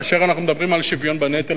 כאשר אנחנו מדברים על שוויון בנטל,